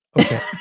Okay